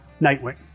Nightwing